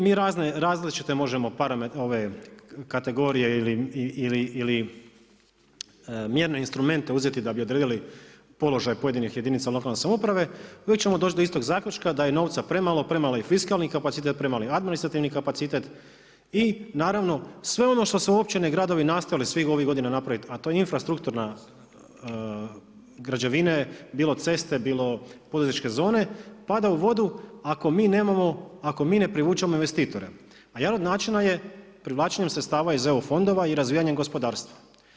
Mi razne različite možemo kategorije ili mjerne instrumente uzeti da bi odredili položaj pojedinih jedinica lokalne samouprave i uvijek ćemo doći do istog zaključka da je novca premalo, premalo je fiskalni kapacitet, premali administrativni kapacitet i naravno sve ono što su općine i gradovi nastojali svih ovih godina napraviti, a to je infrastrukturna građevine bilo ceste, bilo poduzetničke zone pada u vodu ako mi ne privučemo investitore, a jedan od načina je privlačenjem sredstava iz eu fondova i razvijanjem gospodarstva.